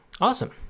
Awesome